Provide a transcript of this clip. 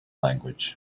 language